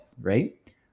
right